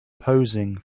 posing